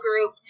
group